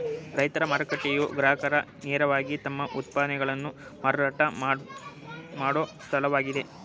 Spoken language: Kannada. ರೈತರ ಮಾರುಕಟ್ಟೆಯು ಗ್ರಾಹಕರು ನೇರವಾಗಿ ತಮ್ಮ ಉತ್ಪನ್ನಗಳನ್ನು ಮಾರಾಟ ಮಾಡೋ ಸ್ಥಳವಾಗಿದೆ